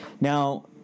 Now